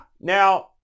Now